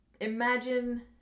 imagine